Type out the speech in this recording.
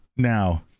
now